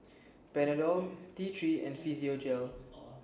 Panadol T three and Physiogel